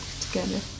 together